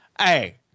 Hey